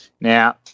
Now